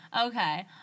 Okay